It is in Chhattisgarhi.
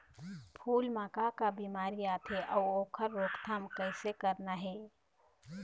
फूल म का का बिमारी आथे अउ ओखर रोकथाम कइसे करना हे?